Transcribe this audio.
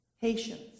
Patience